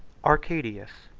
arcadius,